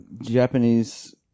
Japanese